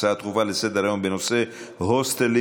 הצעות דחופות לסדר-היום בנושא: הוסטלים